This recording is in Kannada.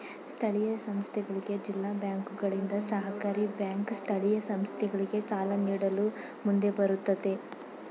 ಸ್ಥಳೀಯ ಸಂಸ್ಥೆಗಳಿಗೆ ಜಿಲ್ಲಾ ಬ್ಯಾಂಕುಗಳಿಂದ, ಸಹಕಾರಿ ಬ್ಯಾಂಕ್ ಸ್ಥಳೀಯ ಸಂಸ್ಥೆಗಳಿಗೆ ಸಾಲ ನೀಡಲು ಮುಂದೆ ಬರುತ್ತವೆ